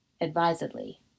advisedly